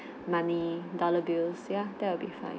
money dollar bills ya that will be fine